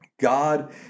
God